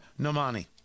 Nomani